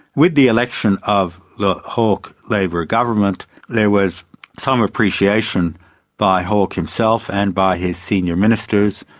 with the election of the hawke labor government there was some appreciation by hawke himself and by his senior ministers,